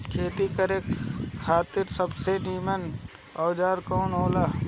खेती करे खातिर सबसे नीमन औजार का हो ला?